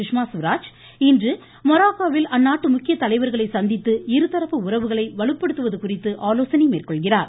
சுஷ்மா ஸ்வராஜ் இன்று மொராக்கோவில் அந்நாட்டு முக்கிய தலைவர்களைச் சந்தித்து இருதரப்பு உறவுகளை வலுப்படுத்துவது குறித்து ஆலோசனை மேற்கொள்கிறார்